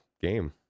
game